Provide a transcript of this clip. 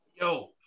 Yo